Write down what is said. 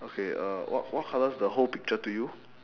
okay uh what what colour is the whole picture to you